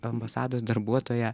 ambasados darbuotoja